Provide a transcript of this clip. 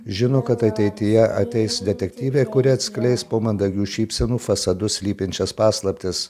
žino kad ateityje ateis detektyvė kuri atskleis po mandagių šypsenų fasadu slypinčias paslaptis